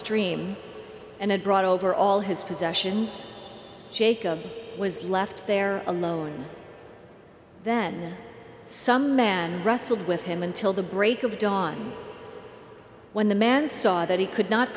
stream and brought over all his possessions jacob was left there alone then some man wrestled with him until the break of dawn when the man saw that he could not